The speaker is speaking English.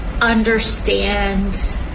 understand